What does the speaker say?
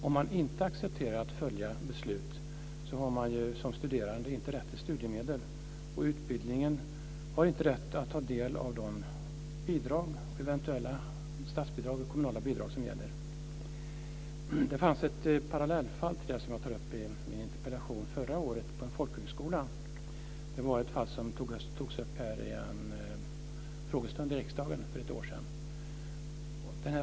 Om man inte accepterar att följa beslut har man som studerande inte rätt till studiemedel och utbildningen har inte rätt att få del av de eventuella statsbidrag och kommunala bidrag som gäller. Det fanns ett parallellfall till det som jag tog upp i min interpellation förra året på en folkhögskola. Det var ett fall som togs upp här i en frågestund i riksdagen för ett år sedan.